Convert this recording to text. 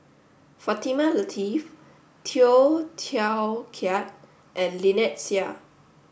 Fatimah Lateef Tay Teow Kiat and Lynnette Seah